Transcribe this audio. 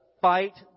fight